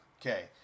Okay